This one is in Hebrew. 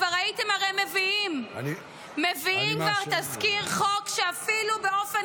כבר הייתם הרי מביאים תזכיר חוק שאפילו באופן